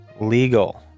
legal